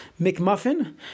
McMuffin